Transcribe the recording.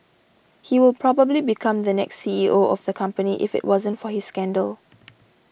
he will probably become the next C E O of the company if it wasn't for his scandal